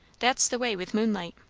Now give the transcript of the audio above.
that's the way with moonlight.